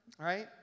Right